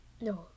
no